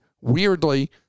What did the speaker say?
weirdly